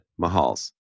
Mahals